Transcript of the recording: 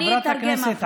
אני אתרגם אחר כך.